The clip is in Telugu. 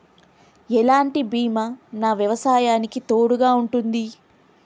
ఎలాంటి బీమా నా వ్యవసాయానికి తోడుగా ఉంటుంది?